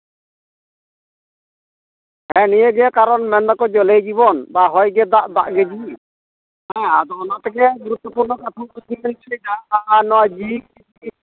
ᱦᱮᱸ ᱱᱤᱭᱟᱹ ᱜᱮ ᱠᱟᱨᱚᱱ ᱢᱮᱱᱫᱟᱠᱚ ᱡᱚᱞᱮᱭ ᱡᱤᱵᱚᱱ ᱦᱚᱭ ᱜᱮ ᱫᱟᱜ ᱫᱟᱜ ᱜᱮ ᱡᱤᱣᱤ ᱦᱮᱸ ᱟᱫᱚ ᱚᱱᱟ ᱛᱮᱜᱮ ᱞᱟᱹᱭ ᱦᱚᱴᱚᱭᱫᱟ ᱱᱚᱣᱟ ᱡᱤᱣᱤ